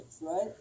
right